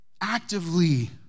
actively